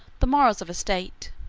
the morals of a state.